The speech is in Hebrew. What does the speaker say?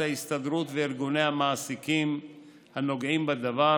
ההסתדרות וארגוני המעסיקים הנוגעים לדבר,